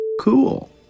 cool